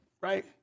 right